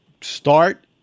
start